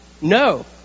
No